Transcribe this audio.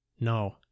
No